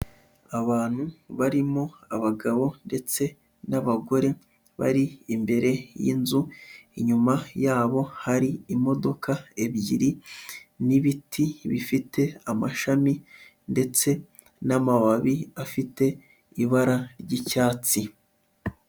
Abantu barimo abagabo ndetse n'abagore bari imbere y'inzu, inyuma yabo hari imodoka ebyiri n'ibiti bifite amashami ndetse n'amababi afite ibara ry'icyatsi.